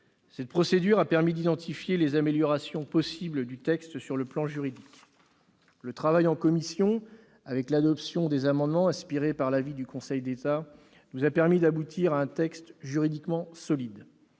Cette procédure a permis d'identifier les améliorations possibles du texte sur le plan juridique. Le travail en commission, avec l'adoption d'amendements inspirés de l'avis du Conseil d'État, nous a permis d'aboutir à un texte juridiquement solide.